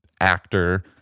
actor